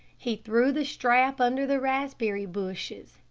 he threw the strap under the raspberry bushes,